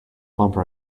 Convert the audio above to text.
bumper